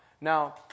Now